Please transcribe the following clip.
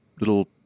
little